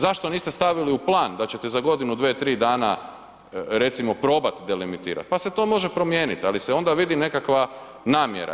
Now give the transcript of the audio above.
Zašto niste stavili u plan da ćete za godinu, dvije, tri dana recimo probat delimitirat pa se to može promijeniti, ali se onda vidi nekakva namjera.